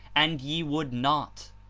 and ye would not.